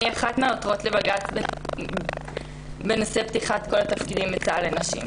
אני אחת מן העותרות לבג"ץ בנושא פתיחת כל התפקידים בצה"ל לנשים.